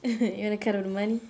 you want the cut of the money